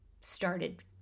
started